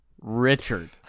Richard